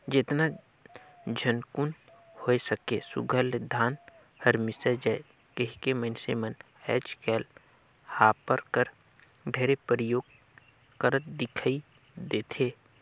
जेतना झटकुन होए सके सुग्घर ले धान हर मिसाए जाए कहिके मइनसे मन आएज काएल हापर कर ढेरे परियोग करत दिखई देथे